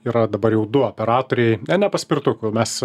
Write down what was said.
yra dabar jau du operatoriai ne paspirtukų mes